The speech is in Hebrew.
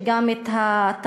וגם את הטענות.